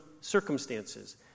circumstances